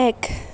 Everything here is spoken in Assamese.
এক